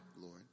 Lord